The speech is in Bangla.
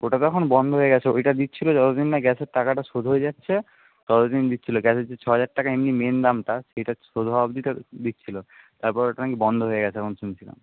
ওটা তো এখন বন্ধ হয়ে গেছে ওইটা দিচ্ছিল যতদিন না গ্যাসের টাকাটা শোধ হয়ে যাচ্ছে ততদিন দিচ্ছিল গ্যাসের যে ছ হাজার টাকা এমনি মেন দামটা সেটা শোধ হওয়া অবধি দিচ্ছিল তারপর ওটা নাকি বন্ধ হয়ে গেছে এখন শুনছিলাম